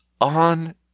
On